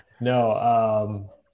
No